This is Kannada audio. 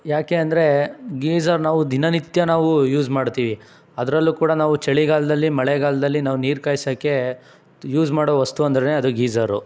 ಯಾಕೆ ಅಂದರೆ ಗೀಝರ್ ನಾವು ದಿನನಿತ್ಯ ನಾವು ಯೂಸ್ ಮಾಡ್ತೀವಿ ಅದರಲ್ಲೂ ಕೂಡ ನಾವು ಚಳಿಗಾಲದಲ್ಲಿ ಮಳೆಗಾಲದಲ್ಲಿ ನಾವು ನೀರು ಕಾಯ್ಸೋಕ್ಕೆ ಯೂಸ್ ಮಾಡೋ ವಸ್ತು ಅಂದ್ರೇ ಅದು ಗೀಝರು